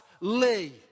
Lee